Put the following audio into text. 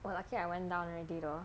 !wah! lucky I went down already though